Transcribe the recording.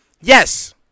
Yes